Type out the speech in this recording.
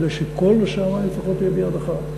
כדי שכל נושא המים לפחות יהיה ביד אחת.